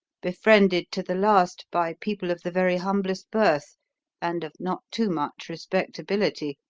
befriended to the last by people of the very humblest birth and of not too much respectability.